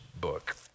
book